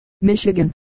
Michigan